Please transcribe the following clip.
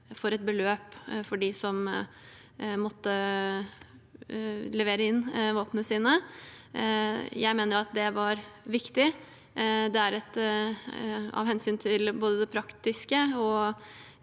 for et beløp for dem som måtte levere inn våpnene sine. Jeg mener at det var viktig. Av hensyn til både det praktiske og